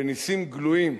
בנסים גלויים,